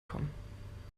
kommen